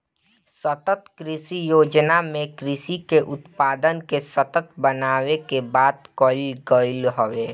सतत कृषि योजना में कृषि के उत्पादन के सतत बनावे के बात कईल गईल हवे